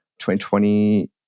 2020